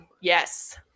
Yes